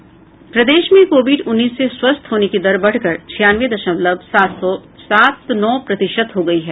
प्रदेश में कोविड उन्नीस से स्वस्थ होने की दर बढ़कर छियानवे दशमलव सात नौ प्रतिशत हो गयी है